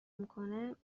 میکنه